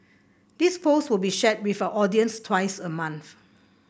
this post will be shared with our audience twice a month